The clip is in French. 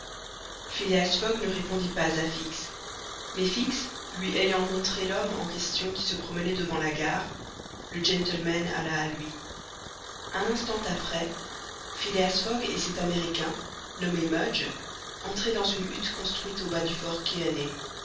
phileas fogg ne répondit pas à fix mais fix lui ayant montré l'homme en question qui se promenait devant la gare le gentleman alla à lui un instant après phileas fogg et cet américain nommé mudge entraient dans une hutte construite au bas du fort